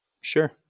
Sure